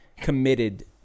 committed